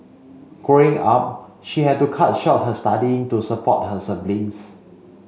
Growing Up she had to cut short her studying to support her siblings